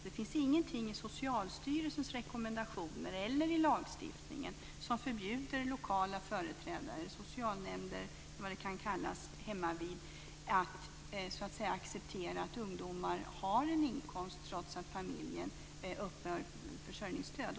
Det finns ingenting i Socialstyrelsens rekommendationer eller i lagstiftningen som förbjuder lokala företrädare, socialnämnder eller vad de kan kallas hemmavid att acceptera att ungdomar har en inkomst trots att familjen uppbär försörjningsstöd.